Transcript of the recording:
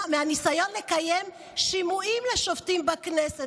מהניסיון לקיים שימועים לשופטים בכנסת,